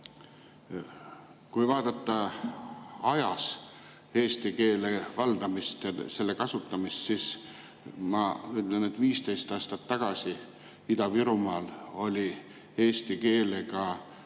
Kui vaadata ajas eesti keele valdamist ja kasutamist, siis ma ütlen, et 15 aastat tagasi oli Ida-Virumaal suhe eesti keelega